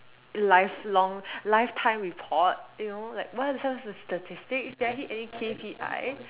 life long lifetime report you know like what are some of the statistics did i hit any K_P_I